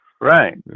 Right